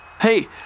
Hey